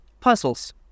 puzzles